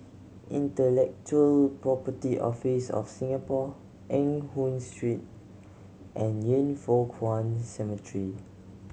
Intellectual Property Office of Singapore Eng Hoon Street and Yin Foh Kuan Cemetery